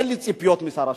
אין לי ציפיות משר השיכון.